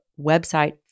website